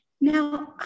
now